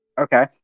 Okay